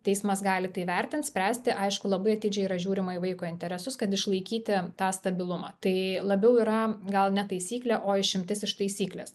teismas gali tai vertint spręsti aišku labai atidžiai yra žiūrima į vaiko interesus kad išlaikyti tą stabilumą tai labiau yra gal ne taisyklė o išimtis iš taisyklės